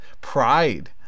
Pride